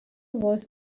was